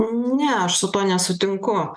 ne aš su tuo nesutinku